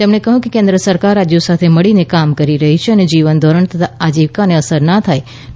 તેમણે કહ્યું કે કેન્દ્ર સરકાર રાજ્યો સાથે મળીને કામ કરી રહી છે અને જીવનધોરણ તથા આજીવિકાને અસર ના થાય તેની પર ભાર આપે છે